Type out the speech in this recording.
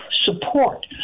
support